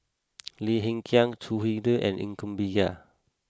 Lim Hng Kiang Choo Hwee Lim and Ng come Bee Kia